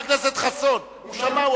חבר הכנסת חסון, הוא שמע.